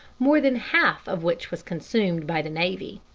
more than half of which was consumed by the navy.